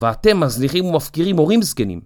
ואתם מזניחים ומפקירים הורים זקנים